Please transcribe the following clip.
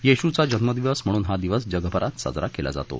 येशूचा जन्मदिवस म्हणून हा दिवस जगभरात साजरा केला जातो